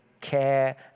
care